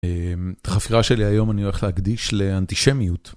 החפירה שלי היום אני הולך להקדיש לאנטישמיות.